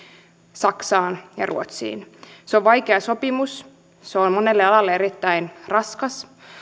saksaan ja ruotsiin se on vaikea sopimus se on monelle alalle erittäin raskas